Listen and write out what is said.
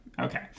okay